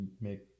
make